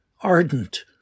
ardent